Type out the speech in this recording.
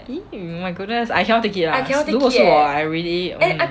!ee! oh my goodness I cannot take it lah 如果是我 right I really mm